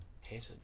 hated